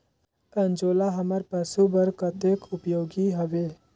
अंजोला हमर पशु बर कतेक उपयोगी हवे?